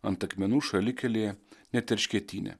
ant akmenų šalikelėje net erškėtyne